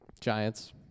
Giants